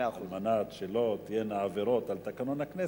על מנת שלא תהיינה עבירות על תקנון הכנסת,